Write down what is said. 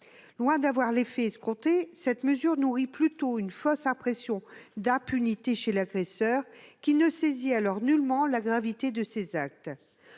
Loin de produire l'effet escompté, cette mesure nourrit plutôt une fausse impression d'impunité chez l'agresseur, qui ne mesure alors nullement la gravité de ses actes.